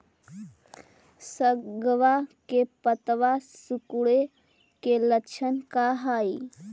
सगवा के पत्तवा सिकुड़े के लक्षण का हाई?